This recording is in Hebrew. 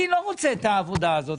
אני לא רוצה את העבודה הזאת.